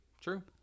True